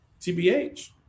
TBH